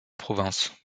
provinces